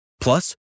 plus